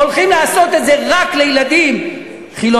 הולכים לעשות את זה רק לילדים חילונים,